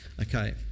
okay